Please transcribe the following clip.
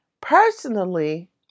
personally